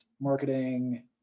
marketing